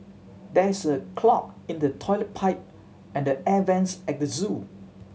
there is a clog in the toilet pipe and the air vents at the zoo